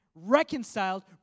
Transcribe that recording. Reconciled